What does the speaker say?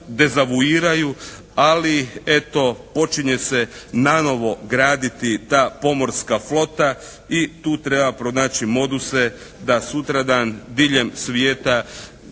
dezavuiraju. Ali, eto počinje se nanovo graditi ta pomorska flota i tu treba pronaći moduse da sutradan diljem svijeta